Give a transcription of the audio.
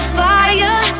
fire